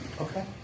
Okay